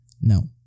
No